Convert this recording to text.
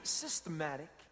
systematic